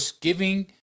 giving